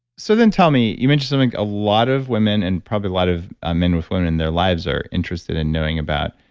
so then tell me, you mentioned something, a lot of women and probably a lot of ah men with women in their lives are interested in knowing about,